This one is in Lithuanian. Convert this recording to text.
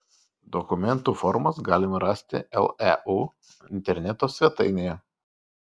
dokumentų formas galima rasti leu interneto svetainėje